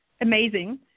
amazing